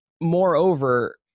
moreover